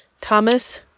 Thomas